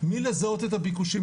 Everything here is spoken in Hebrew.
מלזהות את הביקושים,